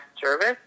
service